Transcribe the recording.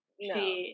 no